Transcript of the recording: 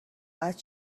قطع